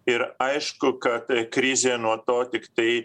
ir aišku kad krizė nuo to tiktai